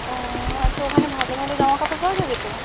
ও আচ্ছা ওখানে ভালো ভালো জামাকাপড় পাওয়া যাবে তো